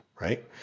Right